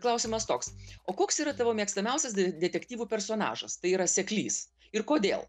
klausimas toks o koks yra tavo mėgstamiausias detektyvų personažas tai yra seklys ir kodėl